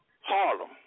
Harlem